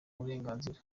uburenganzira